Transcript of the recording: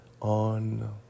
On